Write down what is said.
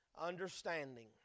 understanding